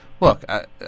Look